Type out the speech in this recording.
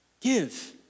Give